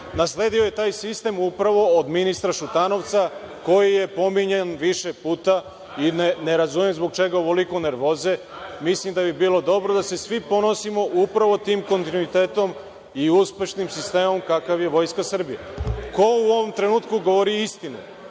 Nasledio je taj sistem upravo od ministra Šutanovca koji je pominjan više puta i ne razumem zbog čega ovoliko nervoze. Mislim da bi bilo dobro da se svi ponosimo upravo tim kontinuitetom i uspešnim sistemom kakav je Vojska Srbije. Ko u ovom trenutku govori istinu?